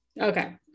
Okay